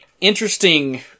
interesting